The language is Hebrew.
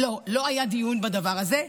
לא, לא היה דיון בדבר הזה.